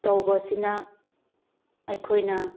ꯇꯧꯕ ꯑꯁꯤꯅ ꯑꯩꯈꯣꯏꯅ